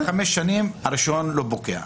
הרישיון לא פוקע.